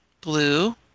blue